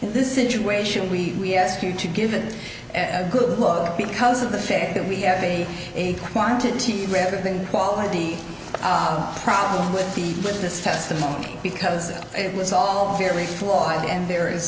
in this situation we ask you to give it a good luck because of the fact that we have a a quantity rather than quality problem with the witness testimony because it was all very flawed and there is